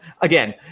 again